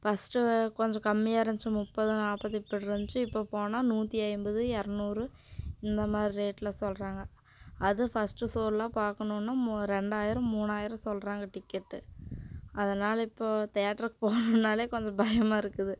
first கொஞ்சம் கம்மியாக இருந்துச்சி முப்பது நாப்பது இப்படி இருந்துச்சி இப்போ போனால் நூற்றி ஐம்பது இரநூறு இந்த மாதிரி ரேட்டில் சொல்கிறாங்க அதுவும் ஃபஸ்ட்டு ஷோலாம் பாக்கணுன்னா ரெண்டாயிராம் மூணாயிராம் சொல்கிறாங்க டிக்கெட்டு அதனால இப்போது தேட்டருக்கு போகணுனாலே கொஞ்சம் பயமாக இருக்குது